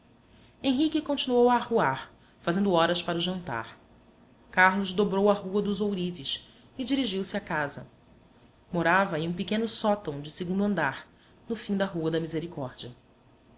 henrique continuou a arruar fazendo horas para o jantar carlos dobrou a rua dos ourives e dirigiu-se à casa morava em um pequeno sótão de segundo andar no fim da rua da misericórdia